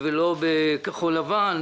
שרוצים להתפרנס ולהרוויח כסף מהייבוא הזה.